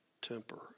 temper